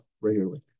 regularly